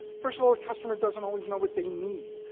first of all, the customer doesn't always know what they need.